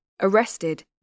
arrested